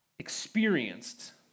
Experienced